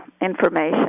information